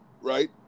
right